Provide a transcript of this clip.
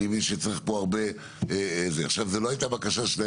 אני מבקש,